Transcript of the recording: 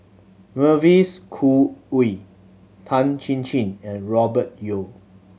Mavis Khoo Oei Tan Chin Chin and Robert Yeo